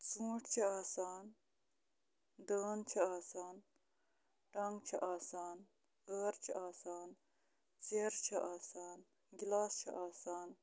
ژوٗنٛٹھۍ چھِ آسان دٲن چھِ آسان ٹنٛگ چھِ آسان ٲر چھِ آسان ژیرٕ چھِ آسان گِلاس چھِ آسان